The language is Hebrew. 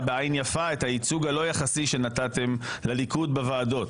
בעין יפה את הייצוג הלא יחסי שנתתם לליכוד בוועדות.